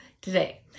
today